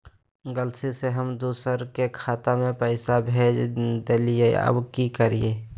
गलती से हम दुसर के खाता में पैसा भेज देलियेई, अब की करियई?